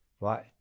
Right